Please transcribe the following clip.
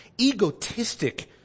egotistic